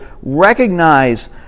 recognize